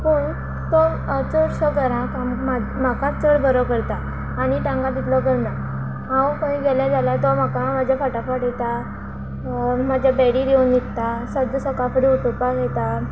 पूण तो चडशा घरांक म्हा म्हाकाच चड बरो करता आनी तांकां दितलो करना हांव खंय गेले जाल्यार तो म्हाका म्हाज्या फाटा फाट येता म्हज्या बॅडीर येवन न्हिदता सद्दां सकाळ फुडें उठोवपाक येता